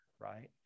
right